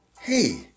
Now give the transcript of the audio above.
Hey